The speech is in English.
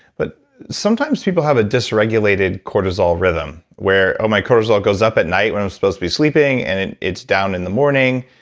but sometimes people have a dysregulated cortisol rhythm where, oh, my cortisol goes up at night when i'm supposed to be sleeping, and it's down in the morning.